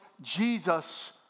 Jesus